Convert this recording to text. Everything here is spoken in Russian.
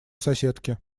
соседке